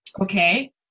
okay